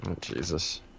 Jesus